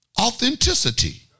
authenticity